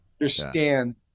understand